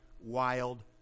wild